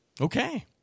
Okay